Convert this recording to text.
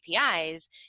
APIs